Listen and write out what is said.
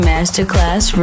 Masterclass